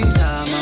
time